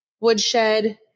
Woodshed